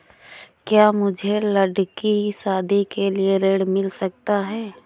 क्या मुझे लडकी की शादी के लिए ऋण मिल सकता है?